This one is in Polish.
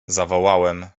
zawołałem